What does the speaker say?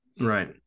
Right